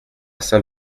saint